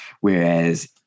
whereas